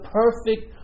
perfect